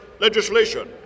legislation